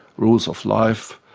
rules of life.